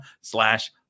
slash